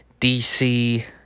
dc